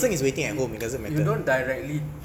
you you you don't directly